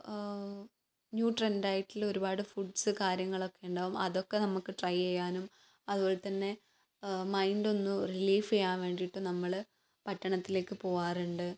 ന്യൂട്രൻറ്റായിട്ടുള്ള ഒരുപാട് ഫുഡ്സ് കാര്യങ്ങളൊക്കെ ഉണ്ടാവും അതൊക്കെ നമുക്ക് ട്രൈ ചെയ്യാനും അതുപോലെ തന്നെ മൈൻഡ് ഒന്ന് റിലീഫ് ചെയ്യാൻ വേണ്ടീട്ടും നമ്മൾ പട്ടണത്തിലേക്ക് പോകാറുണ്ട്